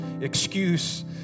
excuse